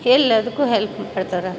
ಎಲ್ಲದಕ್ಕು ಹೆಲ್ಪ್ ಮಾಡ್ತಾರೆ